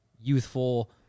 youthful